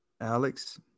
Alex